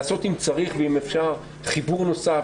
לעשות אם צריך ואם אפשר חיבור נוסף